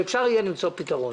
אפשר יהיה למצוא פתרון.